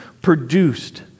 produced